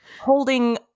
holding